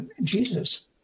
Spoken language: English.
Jesus